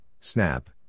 Snap